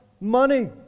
money